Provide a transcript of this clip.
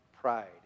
pride